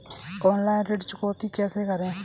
Online ऋण चुकौती कैसे करें?